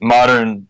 modern